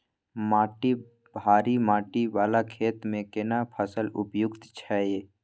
माटी भारी माटी वाला खेत में केना फसल उपयुक्त छैय?